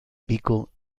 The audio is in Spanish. pico